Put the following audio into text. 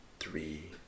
Three